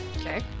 Okay